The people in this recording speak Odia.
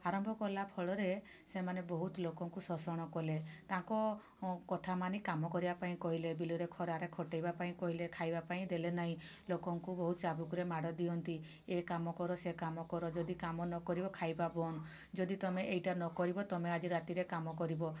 ଆରମ୍ଭ କଲା ଫଳରେ ସେମାନେ ବହୁତ ଲୋକଙ୍କୁ ଶୋଷଣ କଲେ ତାଙ୍କ କଥା ମାନି କାମ କରିବା ପାଇଁ କହିଲେ ବିଲରେ ଖରାରେ ଖଟେଇବା ପାଇଁ କହିଲେ ଖାଇବା ପାଇଁ ଦେଲେ ନାହିଁ ଲୋକଙ୍କୁ ବହୁତ ଚାବୁକରେ ମାଡ଼ ଦିଅନ୍ତି ଏ କାମ କର ସେ କାମ କର ଯଦି କାମ ନ କରିବ ଖାଇବା ବନ୍ଦ ଯଦି ତମେ ଏଇଟା ନ କରିବ ତମେ ଆଜି ରାତିରେ କାମ କରିବ